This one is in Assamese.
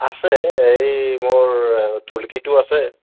আছে এই মোৰ ঢুলুকিটো আছে